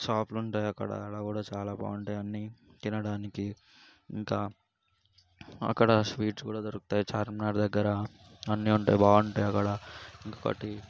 షాప్లు ఉంటాయి అక్కడ ఆడ కూడా చాలా బాగుంటాయి అన్నీ తినడానికి ఇంకా అక్కడ స్వీట్స్ కూడా దొరుకుతాయి చార్మినార్ దగ్గర అన్నీ ఉంటాయి బాగుంటాయి అక్కడ ఇంకోటి